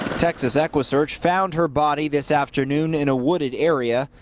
texas equusearch found her body this afternoon in a wooded area.